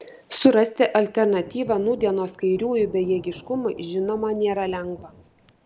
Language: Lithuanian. surasti alternatyvą nūdienos kairiųjų bejėgiškumui žinoma nėra lengva